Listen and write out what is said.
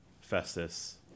Festus